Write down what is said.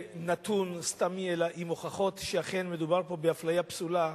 כנתון סתמי אלא עם הוכחות שאכן מדובר פה באפליה פסולה,